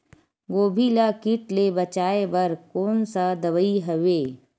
गोभी ल कीट ले बचाय बर कोन सा दवाई हवे?